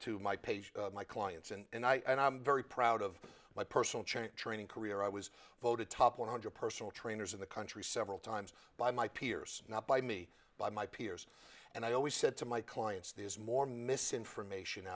to my page my clients and i know i'm very proud of my personal change training career i was voted top one hundred personal trainers in the country several times by my peers not by me by my peers and i always said to my clients there's more misinformation